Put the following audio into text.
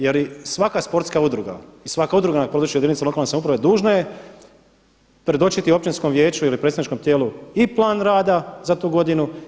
Jer svaka sportska udruga i svaka udruga na području jedinice lokalne samouprave dužna je predočiti općinskom vijeću ili predstavničkom tijelu i plan rada za tu godinu.